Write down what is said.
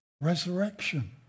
Resurrection